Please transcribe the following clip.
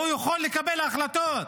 הוא יכול לקבל החלטות.